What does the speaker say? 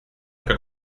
как